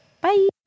bye